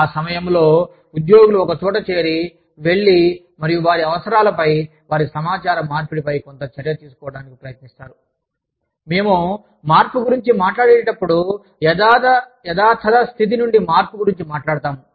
ఆ సమయంలో ఉద్యోగులు ఒకచోట చేరి వెళ్లి మరియు వారి అవసరాలపై వారి సమాచార మార్పిడిపై కొంత చర్య తీసుకోవడానికి ప్రయత్నిస్తారు మేము మార్పు గురించి మాట్లాడేటప్పుడు యథాతథ స్థితి నుండి మార్పు గురించి మాట్లాడుతాము